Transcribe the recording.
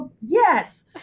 yes